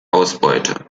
ausbeute